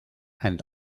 and